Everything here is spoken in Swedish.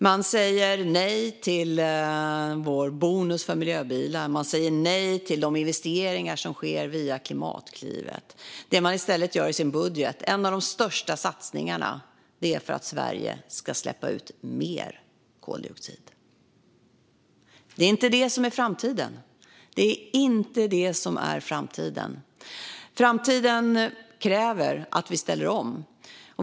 Man säger nej till vår bonus för miljöbilar. Man säger nej till de investeringar som sker via Klimatklivet. Det man i stället gör i sin budget är en av de största satsningarna för att Sverige ska släppa ut mer koldioxid. Det är inte det som är framtiden. Framtiden kräver att vi ställer om.